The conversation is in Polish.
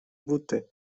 buty